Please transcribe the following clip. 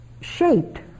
shaped